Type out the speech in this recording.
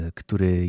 który